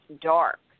dark